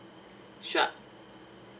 sure